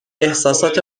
احسسات